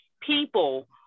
people